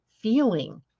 feeling